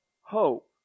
Hope